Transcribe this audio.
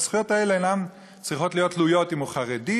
והזכויות האלה אינן צריכות להיות תלויות אם הוא חרדי,